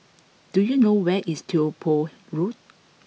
do you know where is Tiong Poh Road